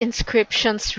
inscriptions